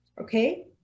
Okay